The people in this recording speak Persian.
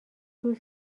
روز